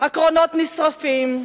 הקרונות נשרפים,